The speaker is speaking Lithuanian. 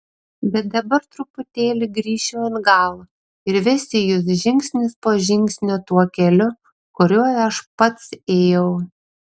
bet dabar truputėlį grįšiu atgal ir vesiu jus žingsnis po žingsnio tuo keliu kuriuo aš pats ėjau